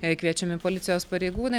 jai kviečiami policijos pareigūnai